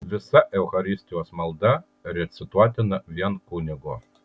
visa eucharistijos malda recituotina vien kunigo